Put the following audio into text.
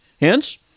Hence